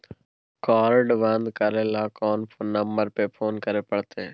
Card बन्द करे ल कोन नंबर पर फोन करे परतै?